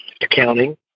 accounting